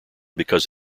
because